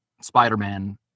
Spider-Man